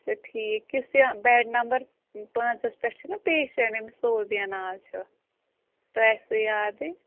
اچھا ٹھیٖک یُس یہِ بٮ۪ڈ نمبر پانٛژَس پٮ۪ٹھ چھُنا پیشنٛٹ أمِس صوبیہ ناو چھُ تۄہہِ آسوٕ یادٕے